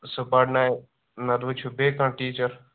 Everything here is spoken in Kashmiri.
سُہ پَرنایہِ نَتہٕ وُچھِو بیٚیہِ کانٛہہ ٹیٖچَر